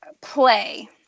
Play